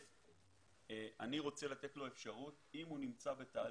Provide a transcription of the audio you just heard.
אני רוצה לתת לו אפשרות, אם הוא נמצא בתהליך